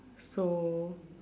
so